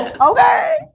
Okay